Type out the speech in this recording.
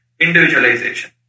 individualization